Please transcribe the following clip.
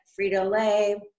Frito-Lay